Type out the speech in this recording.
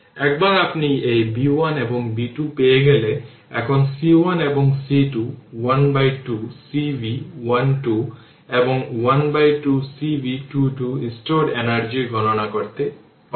একবার আপনি এই b 1 এবং b 2 পেয়ে গেলে এখন c 1 এবং c 2 12 c v 1 2 এবং 12 cv 2 2 স্টোরড এনার্জি গণনা করতে পারেন